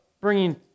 bringing